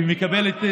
והיא מקבלת,